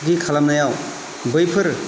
खालामनायाव बैफोर